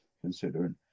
considering